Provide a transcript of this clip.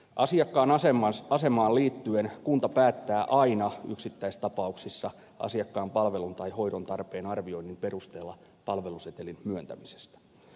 asiakkaan asemaan liittyen kunta päättää aina yksittäistapauksissa asiakkaan palvelun tai hoidon tarpeen arvioinnin perusteella palvelusetelin myöntämisestä